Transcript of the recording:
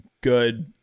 good